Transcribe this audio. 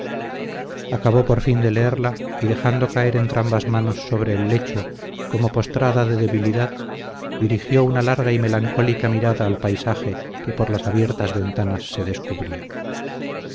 acabó por fin de leerla y dejando caer entrambas manos sobre el lecho como postrada de debilidad dirigió una larga y melancólica mirada al paisaje que por las abiertas ventanas se descubría